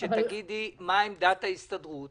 אם עמית בקרן ההשתלמות